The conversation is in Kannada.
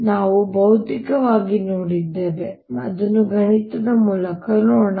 ಆದ್ದರಿಂದ ಇದನ್ನು ನಾವು ಭೌತಿಕವಾಗಿ ನೋಡಿದ್ದೇವೆ ಅದನ್ನು ಗಣಿತದ ಮೂಲಕ ನೋಡೋಣ